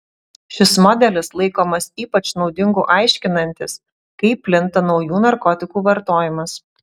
šis modelis laikomas ypač naudingu aiškinantis kaip plinta naujų narkotikų vartojimas